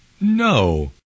No